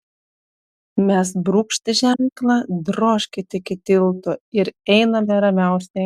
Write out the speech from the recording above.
mes brūkšt ženklą drožkit iki tilto ir einame ramiausiai